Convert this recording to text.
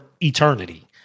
eternity